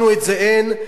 לנו את זה אין,